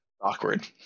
awkward